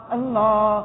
Allah